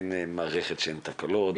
אין מערכת שאין בה תקלות,